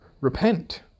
Repent